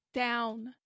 down